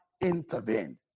intervened